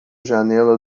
janela